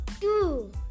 two